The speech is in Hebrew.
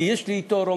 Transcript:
כי יש לי אתו,